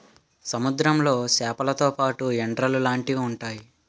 సముద్రంలో సేపలతో పాటు ఎండ్రలు లాంటివి ఉంతాయి